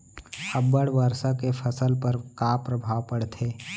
अब्बड़ वर्षा के फसल पर का प्रभाव परथे?